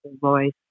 voice